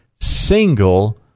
single